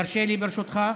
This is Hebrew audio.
תרשה לי, ברשותך.